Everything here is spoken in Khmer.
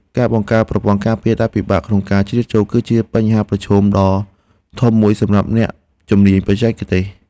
ការបង្កើតប្រព័ន្ធការពារដែលពិបាកក្នុងការជ្រៀតចូល គឺជាបញ្ហាប្រឈមដ៏ធំមួយសម្រាប់អ្នកជំនាញបច្ចេកទេស។